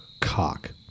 cock